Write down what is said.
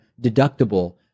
deductible